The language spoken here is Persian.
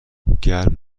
گرم